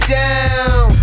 down